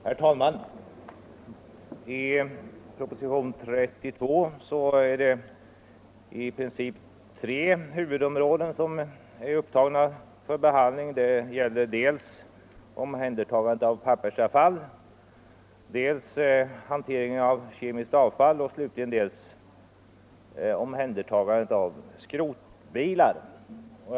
Herr talman! I propositionen nr 32 är i princip tre huvudområden upptagna till behandling. Det gäller dels omhändertagande av pappersavfall, dels hantering av kemiskt avfall och dels omhändertagande av skrotbilar.